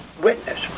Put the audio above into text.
witness